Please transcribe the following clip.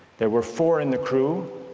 there were four in the crew,